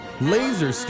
laser